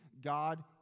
God